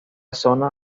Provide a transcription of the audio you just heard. zona